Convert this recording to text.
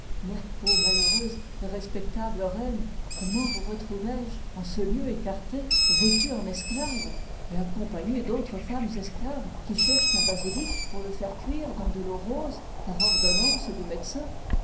ô malheureuse et respectable reine comment vous retrouvé je en ce lieu écarté vêtue en esclave et accompagnée d'autres femmes esclaves qui cherchent un basilic pour le faire cuire dans de l'eau rose par ordonnance du médecin